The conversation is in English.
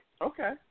Okay